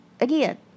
again